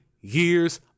years